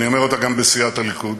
אני אומר אותה גם בסיעת הליכוד.